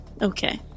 Okay